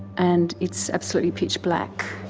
and it's absolutely pitch black.